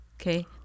Okay